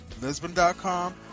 Lisbon.com